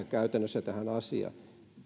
käytännössä tähän asiaan